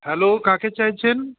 hello কাকে চাইছেন